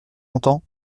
longtemps